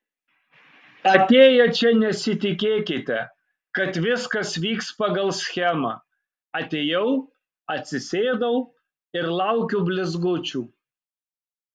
atėję čia nesitikėkite kad viskas vyks pagal schemą atėjau atsisėdau ir laukiu blizgučių